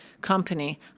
company